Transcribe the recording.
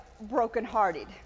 brokenhearted